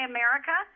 America